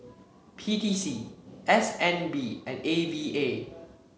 P T C S N B and A V A